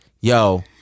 yo